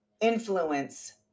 influence